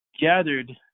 gathered